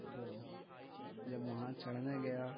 تو جب وہاں چڑھنے گیا